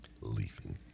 Leafing